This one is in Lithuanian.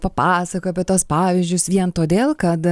papasakoja apie tuos pavyzdžius vien todėl kad